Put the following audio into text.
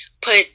put